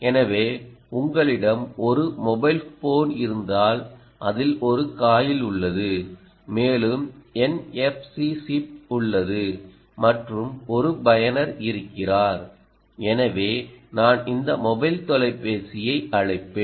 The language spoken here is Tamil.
எனவே உங்களிடம் ஒரு மொபைல் போன் இருந்தால் அதில் ஒரு காயில் உள்ளது மேலும் NFC சிப் உள்ளது மற்றும் ஒரு பயனர் இருக்கிறார் எனவே நான் இந்த மொபைல் தொலைபேசியை அழைப்பேன்